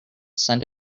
send